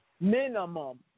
Minimum